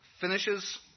finishes